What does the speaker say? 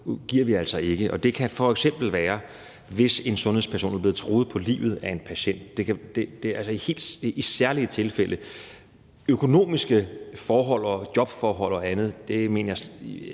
oplyser vi altså ikke. Det kan f.eks. være, hvis en sundhedsperson er blevet truet på livet af en patient. Det er i særlige tilfælde. Økonomiske forhold, jobforhold og andet vil efter min